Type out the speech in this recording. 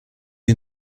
sie